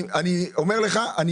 אני אומר לך, אני